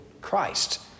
Christ